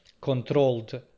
controlled